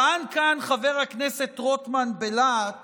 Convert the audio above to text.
טען כאן חבר הכנסת רוטמן בלהט